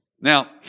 Now